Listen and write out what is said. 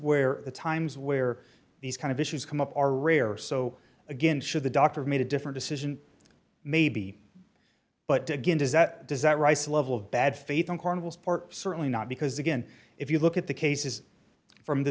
where the times where these kind of issues come up are rare so again should the doctor made a different decision maybe but again does that does that reisa level of bad faith on carnival's part certainly not because again if you look at the cases from th